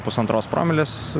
pusantros promilės